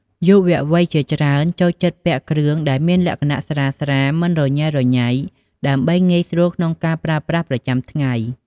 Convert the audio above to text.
យុវវ័យជាច្រើនចូលចិត្តពាក់គ្រឿងដែលមានលក្ខណៈស្រាលៗ មិនរញ៉េរញ៉ៃ ដើម្បីងាយស្រួលក្នុងការប្រើប្រាស់ប្រចាំថ្ងៃ។